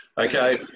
Okay